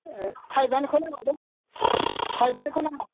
थाइबानिखौ नाङालै थाइबानिखौ नाङा